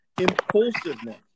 impulsiveness